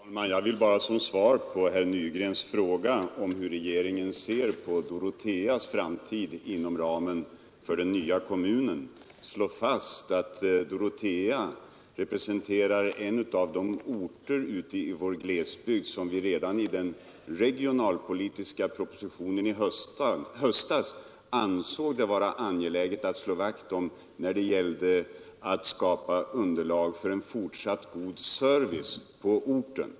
Fru talman! Jag vill bara som svar på herr Nygrens fråga om hur regeringen ser på Doroteas framtid inom ramen för den nya kommunen slå fast att Dorotea representerar en typ av orter i vår glesbygd, som vi redan i den regionalpolitiska propositionen i höstas ansåg det vara angeläget att slå vakt om när det gäller en fortsatt god service.